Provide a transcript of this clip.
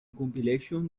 compilation